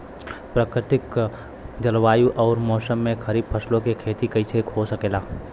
प्रतिकूल जलवायु अउर मौसम में खरीफ फसलों क खेती कइसे हो सकेला?